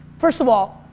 first of all,